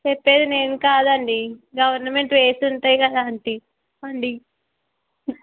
చెప్పేది నేను కాదండి గవర్నమెంట్ రూట్స్ ఉంటాయి కదా అంటి అండి